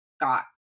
got